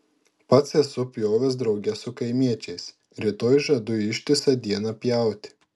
pats esu pjovęs drauge su kaimiečiais rytoj žadu ištisą dieną pjauti